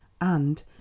And